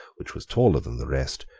which was taller than the rest,